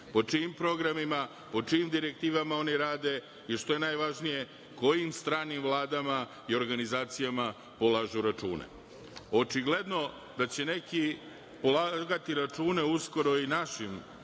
po čijim programima, po čijim direktivama oni rade i, što je najvažnije, kojim stranim vladama i organizacijama polažu račune. Očigledno da će neki polagati račune uskoro i našim